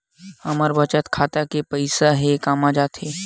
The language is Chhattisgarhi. हमर बचत खाता के पईसा हे कामा जाथे?